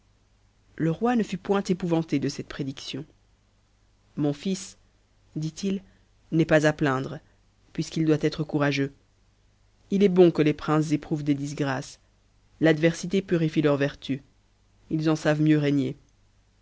le roi ne fut point épouvanté de cette prédiction mot fils dit-il n'est pas à plaindre puisqu'il doit être courageux il est bon que les princes éprouvent des disgrâces l'adversité purifie leur vertu ils en savent mieux régner